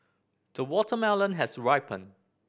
the watermelon has ripened